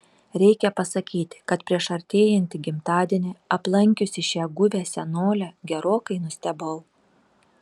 reikia pasakyti kad prieš artėjantį gimtadienį aplankiusi šią guvią senolę gerokai nustebau